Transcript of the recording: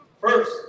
First